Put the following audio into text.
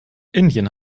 indien